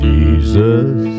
Jesus